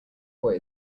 boy